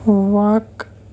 وق